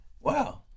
wow